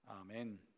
Amen